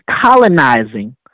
colonizing